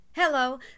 Hello